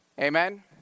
Amen